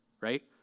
right